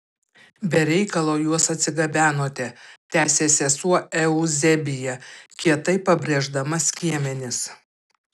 be reikalo juos atsigabenote tęsė sesuo euzebija kietai pabrėždama skiemenis